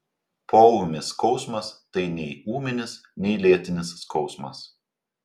poūmis skausmas tai nei ūminis nei lėtinis skausmas